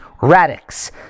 radix